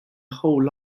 whole